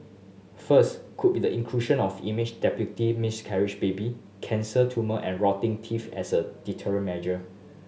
first could be the inclusion of image depicting miscarriage baby cancer tumour and rotting teeth as a deterrent measure